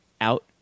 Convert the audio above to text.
out